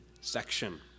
section